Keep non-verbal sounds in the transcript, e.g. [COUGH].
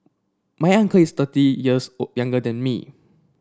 my uncle is thirty years [UNINTELLIGIBLE] younger than me